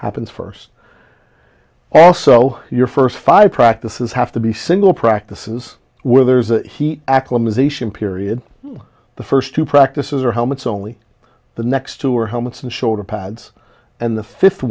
happens first also your first five practices have to be single practices where there's a heat acclimatization period the first two practices are how much only the next two are helmets and shoulder pads and the fifth